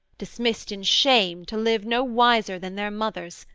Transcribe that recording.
dismissed in shame to live no wiser than their mothers,